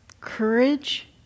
Courage